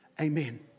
Amen